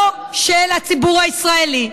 לא של הציבור הישראלי.